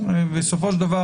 בסופו של דבר,